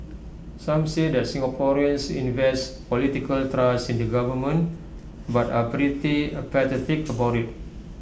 some say that Singaporeans invest political trust in the government but are pretty apathetic about IT